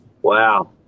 wow